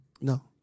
No